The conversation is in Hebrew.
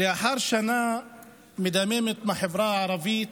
לאחר שנה מדממת בחברה הערבית,